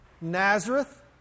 Nazareth